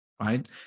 right